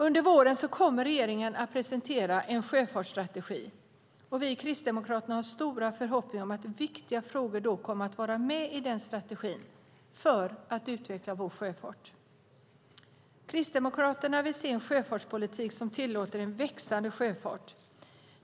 Under våren kommer regeringen att presentera en sjöfartsstrategi, och vi i Kristdemokraterna har stora förhoppningar om att viktiga frågor kommer att vara med i strategin för att utveckla vår sjöfart. Kristdemokraterna vill se en sjöfartspolitik som tillåter en växande sjöfart.